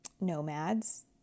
nomads